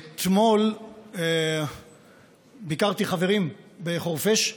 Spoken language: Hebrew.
אתמול ביקרתי חברים בחורפיש,